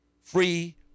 Free